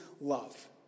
love